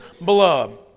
blood